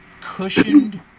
cushioned